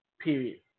period